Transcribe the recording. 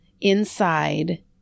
inside